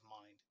mind